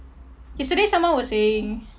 yesterday someone was saying